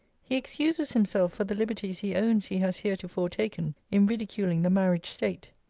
he excuses himself for the liberties he owns he has heretofore taken in ridiculing the marriage-state.